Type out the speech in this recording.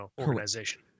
organization